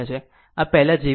આ પહેલા જેવી જ છે